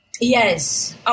Yes